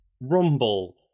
rumble